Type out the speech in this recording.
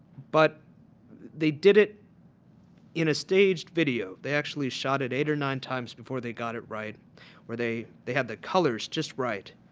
but they did it in a staged video. they actually shot it eight or nine times before they got it right and they they had the colors just right.